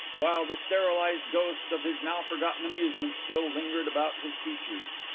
while the sterilized ghost of his now forgotten amusement still lingered about his features.